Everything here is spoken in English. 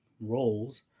roles